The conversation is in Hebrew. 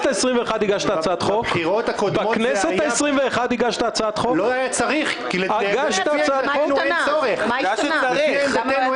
לא היה צריך כי לפי עמדתנו אין צורך בכלל.